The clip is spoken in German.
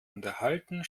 unterhalten